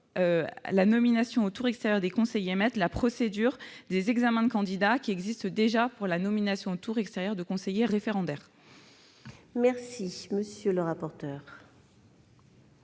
la nomination au tour extérieur des conseillers maîtres la procédure des examens de candidats, qui existe déjà pour la nomination au tour extérieur de conseillers référendaires. Quel est l'avis de